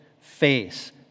face